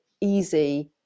easy